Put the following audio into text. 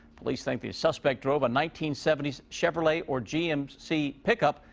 police think the suspect drove a nineteen seventy s chevrolet or g m c pickup.